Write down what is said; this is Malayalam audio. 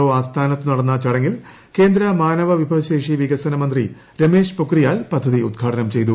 ഒ ആസ്ഥാനത്ത് നടന്ന ചടങ്ങിൽ കേന്ദ്ര മാനവവിഭവശേഷി വികസ്പ് മുന്തി രമേഷ് പൊക്രിയാൽ പദ്ധതി ഉദ്ഘാടനം ചെയ്തു